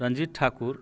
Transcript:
Ranjit Thakur